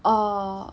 orh